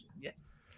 Yes